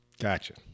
Gotcha